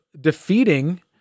defeating